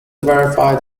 verified